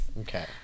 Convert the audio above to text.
Okay